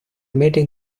meeting